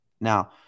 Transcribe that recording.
Now